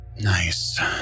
Nice